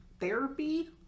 therapy